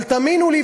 אבל תאמינו לי,